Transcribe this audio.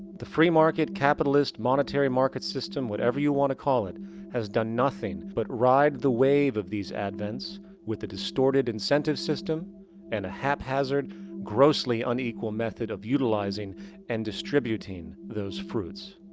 the free-market capitalist monetary market system whatever you want to call it has done nothing but ride the wave of these advents with a distorted incentive system and a haphazard grossly unequal method of utilizing and distributing those fruits.